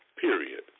period